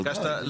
ודאי.